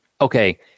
okay